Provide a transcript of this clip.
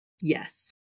Yes